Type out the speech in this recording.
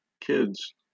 kids